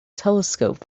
telescope